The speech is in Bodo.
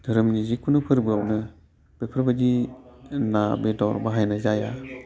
धोरोमनि जिकुनु फोरबोआवनो बेफोरबायदि ना बेदर बाहायनाय जाया